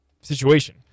situation